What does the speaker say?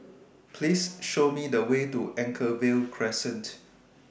Please Show Me The Way to Anchorvale Crescent